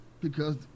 Because-